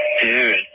Dude